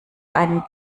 einen